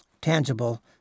tangible